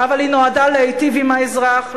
אבל היא נועדה להיטיב עם האזרח,